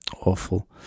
Awful